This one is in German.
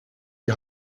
die